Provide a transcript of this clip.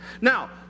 Now